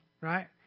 right